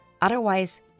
otherwise